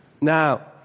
Now